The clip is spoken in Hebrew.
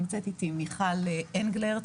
נמצאת איתי מיכל אנגרלט,